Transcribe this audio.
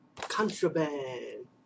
Contraband